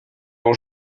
aux